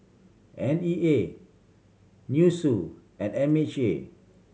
N E A NUSSU and M H A